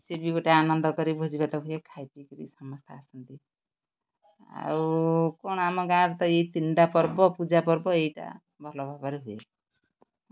ସେ ବି ଗୋଟେ ଆନନ୍ଦ କରି ଭୋଜିଭାତ ହୁଏ ଖାଇ ପିଇ କରି ସମସ୍ତେ ଆସନ୍ତି ଆଉ କ'ଣ ଆମ ଗାଁରେ ତ ଏଇ ତିନିଟା ପର୍ବ ପୂଜା ପର୍ବ ଏଇଟା ଭଲ ଭାବରେ ହୁଏ